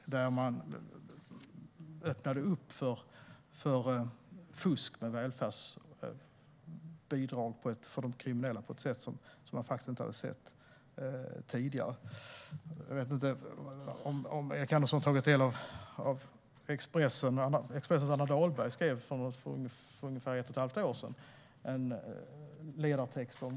Man öppnade för fusk med välfärdsbidrag för de kriminella på ett sätt som man inte hade sett tidigare. Jag vet inte om Erik Andersson tagit del av vad Expressens Anna Dahlberg skrev om detta för ungefär ett och ett halvt år sedan i en ledartext.